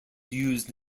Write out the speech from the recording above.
used